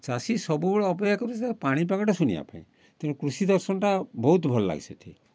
ଚାଷୀ ସବୁବେଳେ ଅପେକ୍ଷା କରିଛି ତା'ର ପାଣି ପାଗଟା ଶୁଣିବା ପାଇଁ ତେଣୁ କୃଷି ଦର୍ଶନଟା ବହୁତ ଭଲ ଲାଗେ ସେଇଠି ଗଲା